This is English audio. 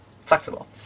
flexible